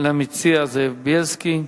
למציע זאב בילסקי.